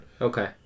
Okay